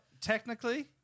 technically